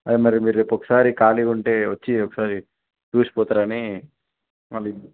అదే మరి మీరు రేపు ఒక సారి ఖాళీగా ఉంటే వచ్చి ఒకసారి చూసిపోతారని మళ్ళీ